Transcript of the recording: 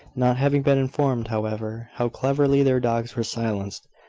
not having been informed, however, how cleverly their dogs were silenced,